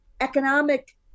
economic